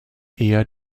eher